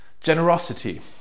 generosity